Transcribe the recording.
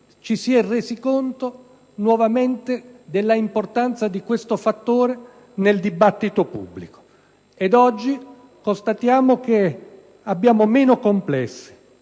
ci si è resi conto nuovamente dell'importanza di questo fattore nel dibattito pubblico. Oggi constatiamo che abbiamo meno complessi